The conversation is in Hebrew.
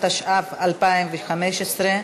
התשע"ו 2015,